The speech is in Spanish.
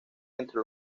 entre